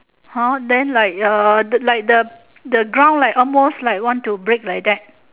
!huh! then like uh like the the ground like almost like want to break like that